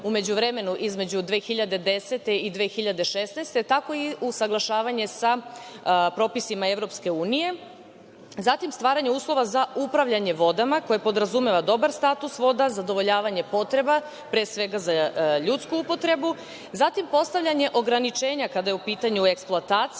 u međuvremenu između 2010. i 2016. godine, tako i usaglašavanje sa propisima EU. Zatim, stvaranje uslova za upravljanje vodama, koje podrazumeva dobar status voda, zadovoljavanje potreba, pre svega, za ljudsku upotrebu. Zatim, postavljanje ograničenja kada je upitanju eksploatacija,